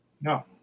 No